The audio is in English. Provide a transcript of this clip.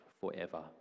forever